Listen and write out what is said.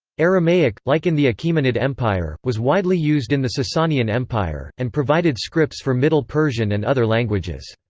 aramaic, like in the achaemenid empire, was widely used in the sasanian empire, and provided scripts for middle persian and other languages.